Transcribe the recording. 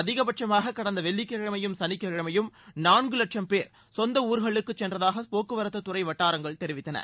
அதிகபட்சமாக கடந்த வெள்ளிக்கிழமையும் சனிக்கிழமையும் நான்கு வட்சம் பேர் சொந்த ஊர்களுக்கு சென்றதாக போக்குவரத்துத் துறை வட்டாரங்கள் தெரிவித்தன